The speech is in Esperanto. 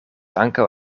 ankaŭ